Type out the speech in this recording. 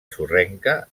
sorrenca